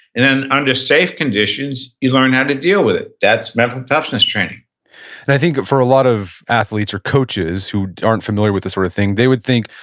and then under safe conditions, you learn how to deal with it. that's mental toughness training i think, for a lot of athletes or coaches who aren't familiar with this sort of thing, they would think,